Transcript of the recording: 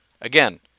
Again